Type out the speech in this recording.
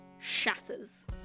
shatters